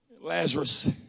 Lazarus